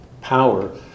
power